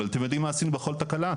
אבל אתם יודעים מה עשינו בכל תקלה?